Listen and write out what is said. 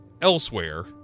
elsewhere